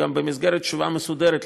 במסגרת ישיבה מסודרת,